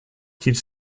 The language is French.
qu’ils